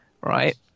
Right